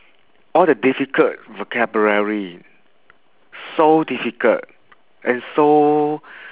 all the difficult vocabulary so difficult and so